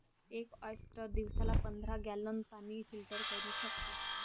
एक ऑयस्टर दिवसाला पंधरा गॅलन पाणी फिल्टर करू शकतो